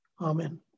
Amen